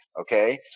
Okay